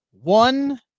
one